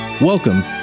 Welcome